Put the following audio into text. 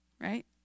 right